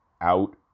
out